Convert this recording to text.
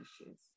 issues